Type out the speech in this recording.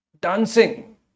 dancing